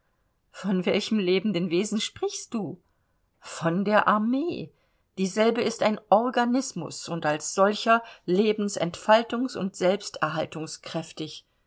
von welchem lebenden wesen sprichst du von der armee dieselbe ist ein organismus und als solcher lebensentfaltungs und